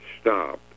stop